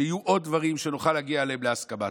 שיהיו עוד דברים שנוכל להגיע עליהם להסכמה.